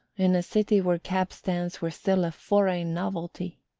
in a city where cab-stands were still a foreign novelty.